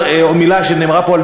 ננזפה.